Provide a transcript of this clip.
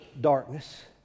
darkness